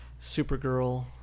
Supergirl